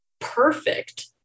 Perfect